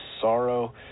sorrow